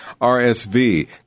RSV